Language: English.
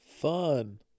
Fun